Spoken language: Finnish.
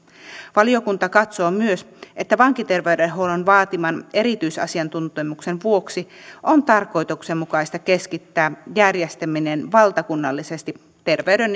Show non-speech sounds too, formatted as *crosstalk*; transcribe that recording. valiokunta katsoo myös että vankiter veydenhuollon vaatiman erityisasiantuntemuksen vuoksi on tarkoituksenmukaista keskittää järjestäminen valtakunnallisesti terveyden *unintelligible*